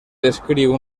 descriu